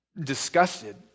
disgusted